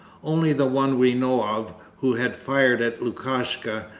only the one we know of, who had fired at lukashka,